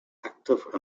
active